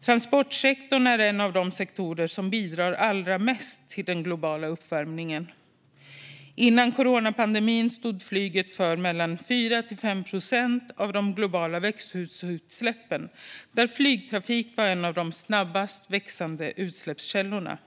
Transportsektorn är en av de sektorer som bidrar allra mest till den globala uppvärmningen. Före coronapandemin stod flyget för 4-5 procent av de globala växthusgasutsläppen, där flygtrafiken var en av de snabbast växande utsläppskällorna.